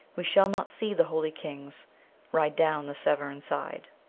we shall not see the holy kings ride down the severn side.